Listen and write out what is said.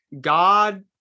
God